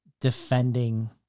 defending